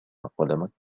قلمك